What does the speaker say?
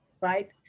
right